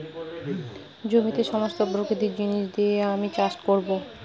জমিতে সমস্ত প্রাকৃতিক জিনিস দিয়ে আমি চাষ করবো